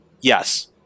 yes